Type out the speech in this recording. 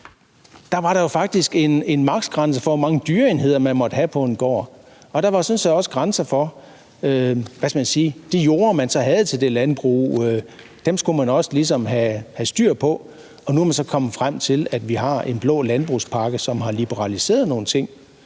var der faktisk en maks. grænse for, hvor mange dyreenheder man måtte have på en gård, og der var sådan set også grænser i forhold til de jorder, man havde til det landbrug. Dem skulle man også ligesom have styr på. Nu er vi så kommet frem til, at vi har en blå landbrugspakke, som har liberaliseret nogle ting,